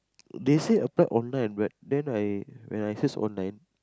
they say apply online but then when I search online